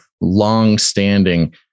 long-standing